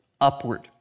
upward